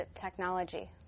technology